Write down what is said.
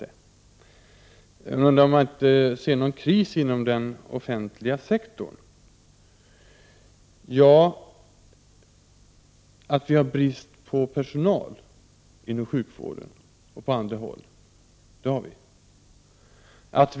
Hon undrar om jag inte märker någon kris inom den offentliga sektorn. Ja, vi har brist på personal inom sjukvården och på andra håll.